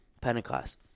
Pentecost